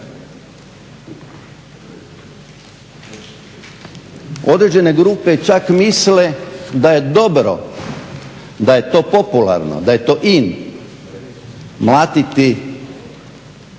Određene grupe čak misle da je dobro da je to popularno, da je to in mlatiti